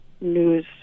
news